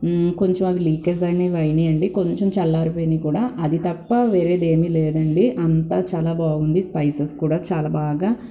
కొంచెమవి leakage అయినాయండి కొంచెం చల్లారిపోయినాయి కూడా అది తప్ప వేరేదేమీ లేదండి అంతా చాలా బాగుంది స్పైసెస్ కూడా చాలా బాగా